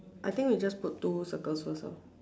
I think you just put two circles first lor